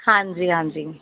ਹਾਂਜੀ ਹਾਂਜੀ